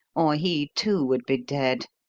or he, too, would be dead.